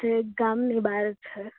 જે ગામની બાર છે